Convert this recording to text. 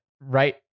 right